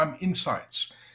insights